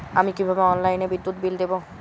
আমি কিভাবে অনলাইনে বিদ্যুৎ বিল দেবো?